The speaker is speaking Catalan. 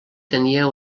tenia